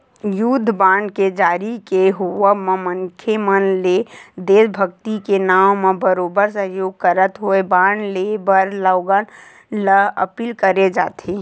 युद्ध बांड के जारी के होवब म मनखे मन ले देसभक्ति के नांव म बरोबर सहयोग करत होय बांड लेय बर लोगन ल अपील करे जाथे